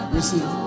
Receive